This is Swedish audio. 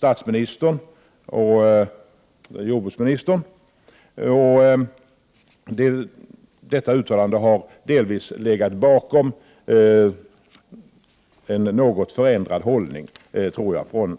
Jag tror att detta uttalande också delvis har legat bakom en något förändrad hållning även hos